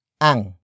ang